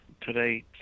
today